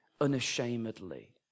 unashamedly